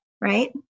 right